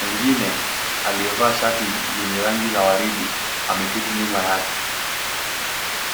Mwingine, aliyevaa shati yenye rangi la waridi, ameketi nyuma yake.